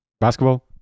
Basketball